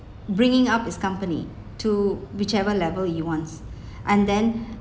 bringing up his company to whichever level you wants and then